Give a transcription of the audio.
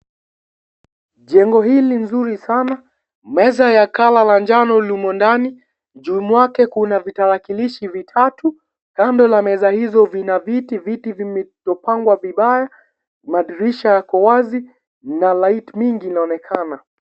Jengo hili nzuri sana, meza la kala la njano limo ndani, juu mwake kuna vitarakilishi vitatu, kando la meza hizo kuna viti vilivyopangwa vibaya. Madirisha yako wazi, na light mingi inaonekana.